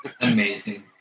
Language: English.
Amazing